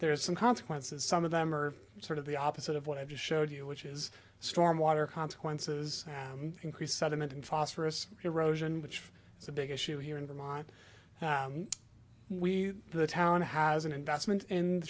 there's some consequences some of them are sort of the opposite of what i just showed you which is stormwater consequences increase sediment and phosphorous erosion which is a big issue here in vermont we the town has an investment in the